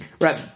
Right